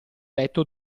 letto